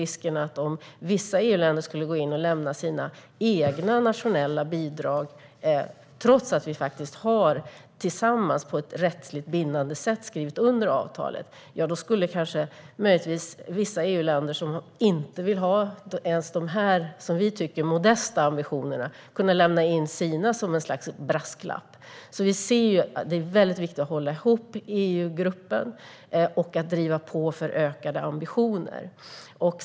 Om vissa EU-länder skulle gå in och lämna sina egna nationella bidrag trots att vi tillsammans på ett rättsligt bindande sätt har skrivit under avtalet, då skulle kanske vissa EU-länder som inte vill ha ens de här - som vi tycker modesta - ambitionerna kunna lämna in sina som en sorts brasklapp. Vi ser det alltså som väldigt viktigt att hålla ihop i EU-gruppen för att driva på för ökade ambitioner.